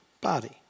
body